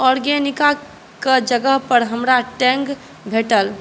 Organica के जगह पर हमरा टैंग भेटल